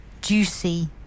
juicy